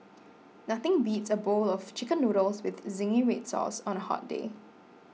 nothing beats a bowl of Chicken Noodles with Zingy Red Sauce on a hot day